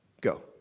Go